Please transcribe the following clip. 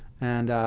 and